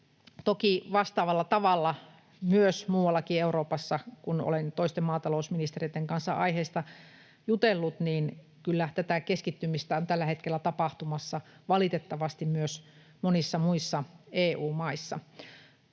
vastaavalla tavalla myös muuallakin Euroopassa, kun olen toisten maatalousministereitten kanssa aiheesta jutellut, kyllä tätä keskittymistä on tällä hetkellä tapahtumassa valitettavasti. No, sitten edustaja Elomaa